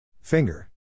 Finger